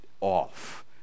off